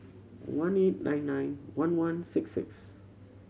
one eight nine nine one one six six